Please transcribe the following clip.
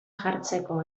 jartzeko